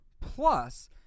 plus